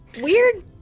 Weird